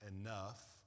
enough